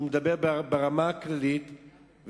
שהוא מדבר ברמה הכללית,